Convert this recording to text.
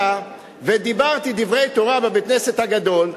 ודיברתי דברי תורה בבית-הכנסת הגדול,